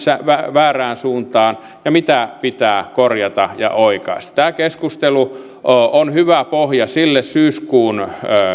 väärään suuntaan ja mitä pitää korjata ja oikaista tämä keskustelu on hyvä pohja sille syyskuun